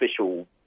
official